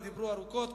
ודיברו ארוכות,